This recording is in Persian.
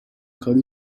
کاری